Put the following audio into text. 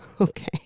Okay